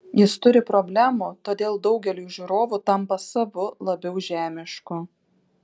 jis turi problemų todėl daugeliui žiūrovų tampa savu labiau žemišku